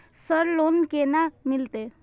Sir loan केना मिलते?